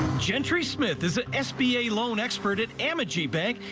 gentry smith is an sba loan expert at amity bank.